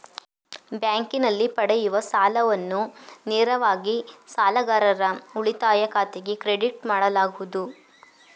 ಬ್ಯಾಂಕಿನಲ್ಲಿ ಪಡೆಯುವ ಸಾಲವನ್ನು ನೇರವಾಗಿ ಸಾಲಗಾರರ ಉಳಿತಾಯ ಖಾತೆಗೆ ಕ್ರೆಡಿಟ್ ಮಾಡಲಾಗುವುದು